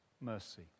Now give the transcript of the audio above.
mercy